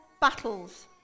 battles